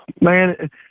Man